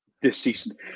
deceased